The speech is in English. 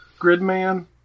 Gridman